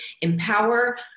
empower